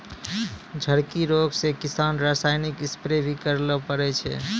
झड़की रोग से किसान रासायनिक स्प्रेय भी करै ले पड़ै छै